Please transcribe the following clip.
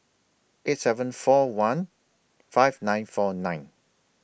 eight seven four one five nine four nine